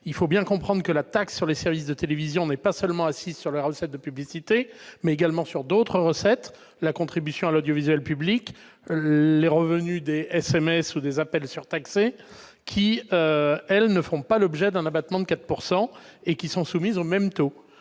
Il faut bien comprendre que la taxe sur les services de télévision est assise non seulement sur les recettes de publicité, mais également sur d'autres recettes, comme la contribution à l'audiovisuel public, les revenus tirés des SMS ou des appels surtaxés, qui, elles, ne font pas l'objet d'un abattement de 4 % et sont soumises au même taux.